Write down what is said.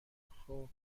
خوب